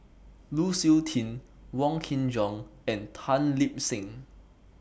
Lu Suitin Wong Kin Jong and Tan Lip Seng